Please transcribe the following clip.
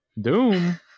Doom